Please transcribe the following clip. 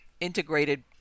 integrated